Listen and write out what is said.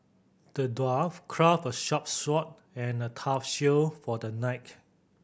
the dwarf crafted a sharp sword and a tough shield for the knight